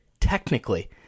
technically